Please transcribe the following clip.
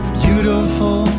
beautiful